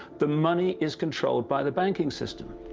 the money is controlled by the banking system.